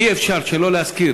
אי-אפשר שלא להזכיר,